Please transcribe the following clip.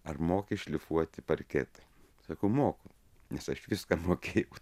ar moki šlifuoti parketą sakau moku nes aš viską mokėjau